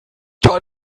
kann